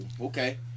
okay